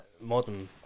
modern